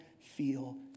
feel